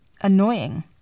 annoying